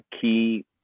key